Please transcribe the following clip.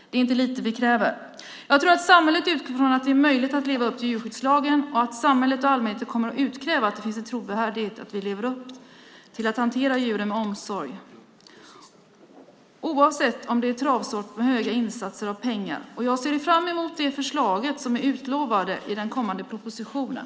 Det är inte lite vi kräver. Jag tror att samhället utgår från att det är möjligt att leva upp till djurskyddslagen, och samhället och allmänheten kommer att utkräva att det finns en trovärdighet i att vi lever upp till att hantera djuren med omsorg även om det är fråga om travsport med höga insatser av pengar. Jag ser fram emot de förslag som är utlovade i den kommande propositionen.